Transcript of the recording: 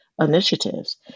initiatives